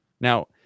Now